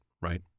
right